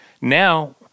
Now